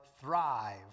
thrive